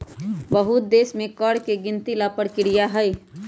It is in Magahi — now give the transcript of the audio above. बहुत देश में कर के गिनती ला परकिरिया हई